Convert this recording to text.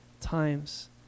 times